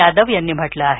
यादव यांनी म्हटलं आहे